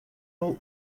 all